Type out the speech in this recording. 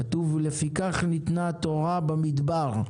כתוב: לפיכך ניתנה התורה במדבר.